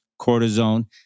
cortisone